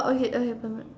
okay okay